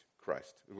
Christ